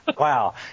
Wow